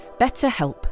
BetterHelp